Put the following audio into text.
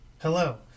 Hello